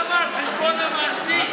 למה על חשבון המעסיק?